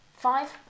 Five